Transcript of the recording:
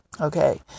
Okay